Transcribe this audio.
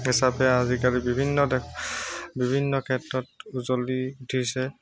হিচাপে আজিকালি বিভিন্ন দেশ বিভিন্ন ক্ষেত্ৰত উজ্জ্বলি উঠিছে